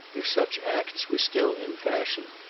if such acts were still in fashion,